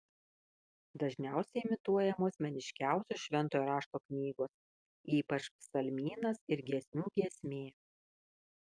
dažniausiai imituojamos meniškiausios šventojo rašto knygos ypač psalmynas ir giesmių giesmė